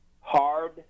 hard